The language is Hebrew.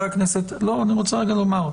אני רוצה לומר,